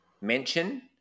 Mention